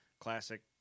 classic